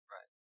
Right